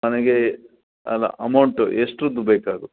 ನನಗೆ ಅಲ್ಲ ಅಮೌಂಟ್ ಎಷ್ಟ್ರದ್ದು ಬೇಕಾಗುತ್ತೆ